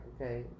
okay